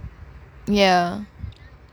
ya